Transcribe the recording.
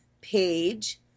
Page